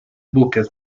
buques